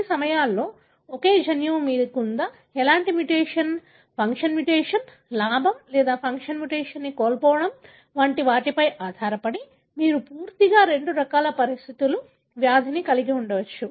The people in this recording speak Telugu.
కొన్ని సమయాల్లో ఒకే జన్యువు మీకు ఉందా ఎలాంటి మ్యుటేషన్ ఫంక్షన్ మ్యుటేషన్ లాభం లేదా ఫంక్షన్ మ్యుటేషన్ కోల్పోవడం వంటి వాటిపై ఆధారపడి మీరు పూర్తిగా రెండు రకాల పరిస్థితులు వ్యాధిని కలిగి ఉండవచ్చు